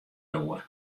doar